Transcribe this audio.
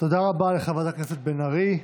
תודה רבה לחברת הכנסת בן ארי.